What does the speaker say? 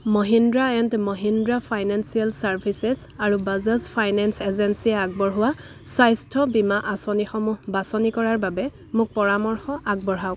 Mahindra and Mahindra financial services আৰু Bajaj finance এজেঞ্চিয়ে আগবঢ়োৱা স্বাস্থ্য বীমা আঁচনিসমূহ বাছনি কৰাৰ বাবে মোক পৰামৰ্শ আগবঢ়াওক